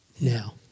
now